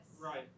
Right